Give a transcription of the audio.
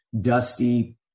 dusty